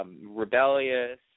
rebellious